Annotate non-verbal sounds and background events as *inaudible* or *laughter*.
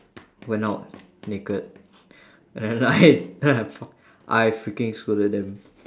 went out naked *breath* and then like then I fuc~ I freaking scolded them